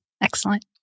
excellent